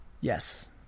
Yes